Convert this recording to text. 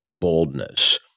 boldness